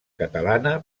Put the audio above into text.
catalana